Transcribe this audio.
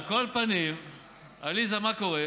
על כל פנים, עליזה, מה קורה?